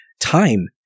time